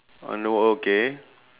under one okay